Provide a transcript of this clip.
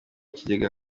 kigega